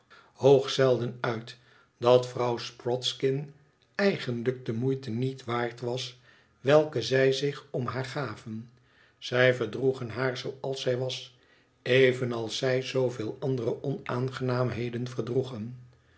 uit dat vrouw sprodskin eigenlijk de moeite niet waard was welke zij zich om haar gaven zij verdroegen haar zooals zij was evenals zij zooveel andere onaangenaamheden verdroegen